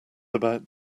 about